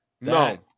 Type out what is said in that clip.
No